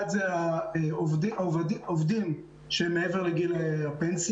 אחד זה עובדים שהם מעבר לגיל הפנסיה,